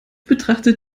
betrachtet